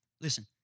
Listen